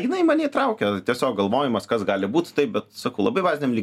jinai mane įtraukė tiesiog galvojimas kas gali būt taip bet sakau labai baziniam lygmeny